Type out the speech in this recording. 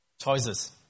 Choices